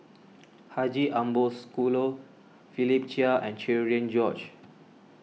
Haji Ambo Sooloh Philip Chia and Cherian George